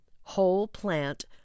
whole-plant